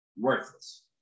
worthless